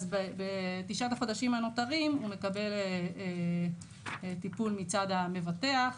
אז בתשעת החודשים הנותרים הוא מקבל טיפול מצד המבטח,